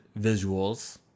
visuals